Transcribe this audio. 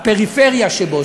הפריפריה שבו,